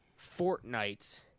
Fortnite